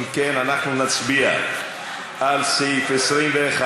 אם כן, אנחנו נצביע על סעיפים 21,